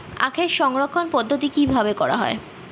আখের সংরক্ষণ পদ্ধতি কিভাবে করা হয়?